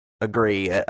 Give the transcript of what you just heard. agree